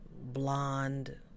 Blonde